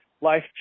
life